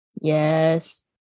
Yes